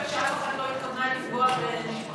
אין ספק שאף אחד לא התכוון לפגוע במשפחה.